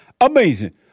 amazing